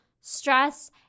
stress